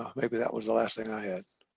ah maybe that was the last thing i had